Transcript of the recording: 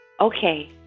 Okay